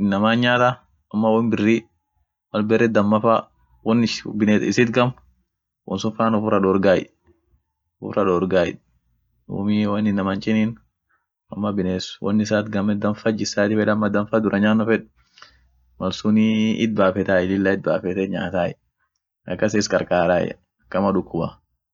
inaman nyaata, ama won birri, mal barre damma fa won ishi biness isit gam, won sun faaan uffira dorgaay uffirra dorgaay duumi woin inaman chinin, ama biness won issat gamme damm fa jissati fedda ama dam fa duranyanno fed, malsunii itbafatay lillah itbafete nyaatay akas is karkaraay akama dukuba.